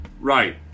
Right